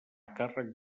càrrec